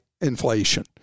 inflation